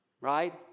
right